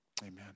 amen